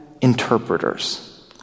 interpreters